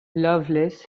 loveless